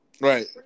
Right